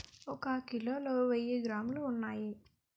ఒక కిలోలో వెయ్యి గ్రాములు ఉన్నాయి